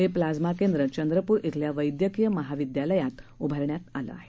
हे प्लाज्मा केंद्र चंद्रपूर इथल्या वैद्यकीय महाविद्यालयात उभारलं आहे